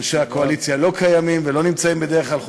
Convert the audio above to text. ואנשי הקואליציה לא קיימים ולא נמצאים בדרך כלל,